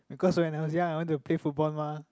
because when I was young I want to play football mah